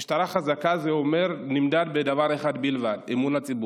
משטרה חזקה נמדדת בדבר אחד בלבד: אמון הציבור.